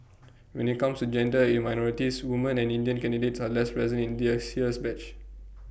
when IT comes gender and minorities woman and Indian candidates are less present in this year's batch